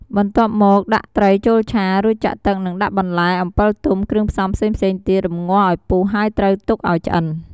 បន្ទាប់មកដាក់ត្រីចូលឆា រួចចាក់ទឹក និងដាក់បន្លែ អំពិលទុំ គ្រឿងផ្សំផ្សេងៗទៀត រម្ងាស់ឱ្យពុះ ហើយត្រូវទុកឱ្យឆ្អិន។